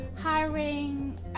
hiring